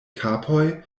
kapoj